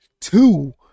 two